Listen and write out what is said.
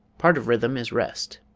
part of rhythm is rest.